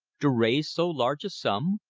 to raise so large a sum?